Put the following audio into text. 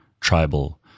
tribal